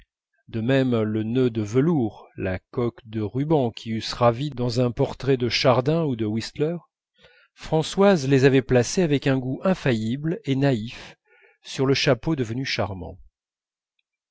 de même le nœud de velours la coque de ruban qui eussent ravi dans un portrait de chardin ou de whistler françoise les avait placés avec un goût infaillible et naïf sur le chapeau devenu charmant